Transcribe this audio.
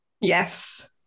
Yes